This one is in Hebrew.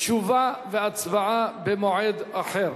תשובה והצבעה במועד אחר.